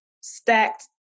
stacked